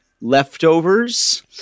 leftovers